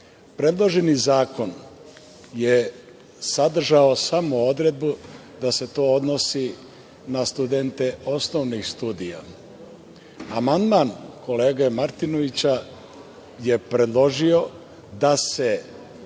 pravilima. Predloženi zakon je sadržao samo odredbu da se to odnosi na studente osnovnih studija. Amandman kolege Martinovića je predložio da se